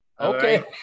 Okay